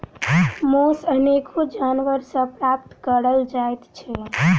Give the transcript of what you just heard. मौस अनेको जानवर सॅ प्राप्त करल जाइत छै